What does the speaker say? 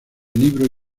libro